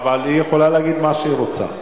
אבל היא יכולה להגיד מה שהיא רוצה.